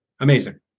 Amazing